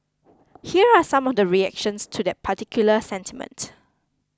here are some of the reactions to that particular sentiment